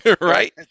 Right